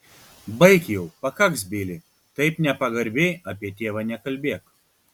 baik jau pakaks bili taip nepagarbiai apie tėvą nekalbėk